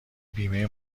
بیمه